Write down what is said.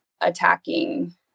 attacking